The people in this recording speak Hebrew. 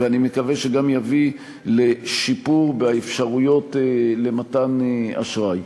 ואני מקווה שגם יביא לשיפור באפשרויות למתן אשראי.